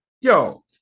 yo